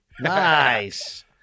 Nice